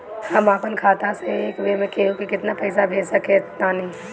हम आपन खाता से एक बेर मे केंहू के केतना पईसा भेज सकिला तनि बताईं?